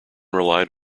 relied